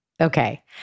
Okay